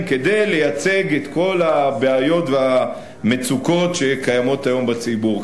כדי לייצג את כל הבעיות והמצוקות שקיימות היום בציבור.